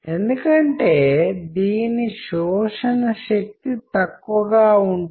కొన్నిసార్లు అవి ఒకదానికొకటి విరుద్ధంగా ఉండే విధంగా వ్యవహరించవచ్చు